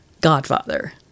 Godfather